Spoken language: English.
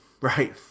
right